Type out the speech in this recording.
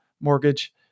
mortgage